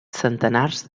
centenars